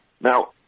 Now